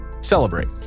celebrate